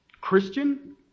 Christian